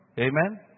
Amen